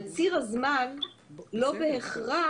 על ציר הזמן, לא בהכרח